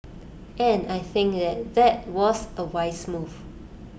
and I think that that was A wise move